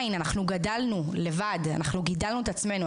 גדלנו לבד, גידלנו את עצמנו.